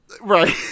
Right